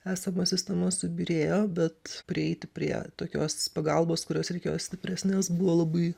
esama sistema subyrėjo bet prieiti prie tokios pagalbos kurios reikėjo stipresnės buvo labai